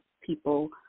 people